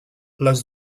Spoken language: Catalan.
les